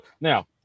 Now